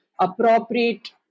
appropriate